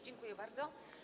Dziękuję bardzo.